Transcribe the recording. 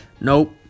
Nope